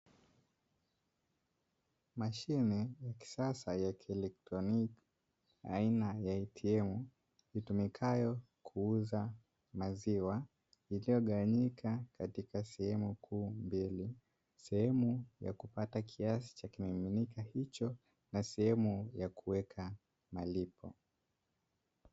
Mashine ya kisasa ya kieletroniki aina ya "ATM" itumikayo kuuza maziwa iliyogawanyika katika sehemu kuu mbili; sehemu ya kupata kiasi cha kimiminika hicho na sehemu ya kuweka malipo.